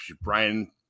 Brian